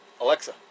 Alexa